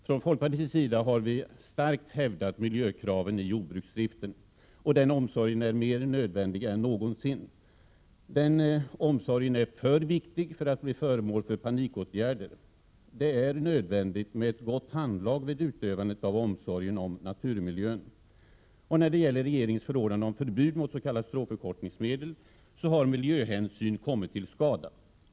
Från folkpartiets sidan har vi starkt hävdat miljökraven i jordbruksdriften. Den omsorgen är mer nödvändig än någonsin och för viktig för att bli föremål för panikåtgärder. Det är nödvändigt med ett gott handlag vid utövandet av omsorgen om naturmiljön. När det gäller regeringens förordnanden om förbud mot s.k. stråförkortningsmedel har miljöhänsynen kommit till korta.